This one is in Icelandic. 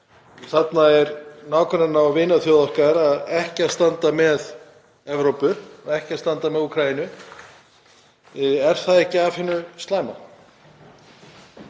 þarna er nágranna- og vinaþjóð okkar ekki að standa með Evrópu og ekki að standa með Úkraínu. Er það ekki af hinu slæma?